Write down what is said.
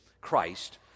Christ